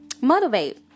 motivate